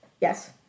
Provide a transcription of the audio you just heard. Yes